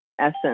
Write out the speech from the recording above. essence